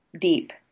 deep